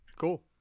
Cool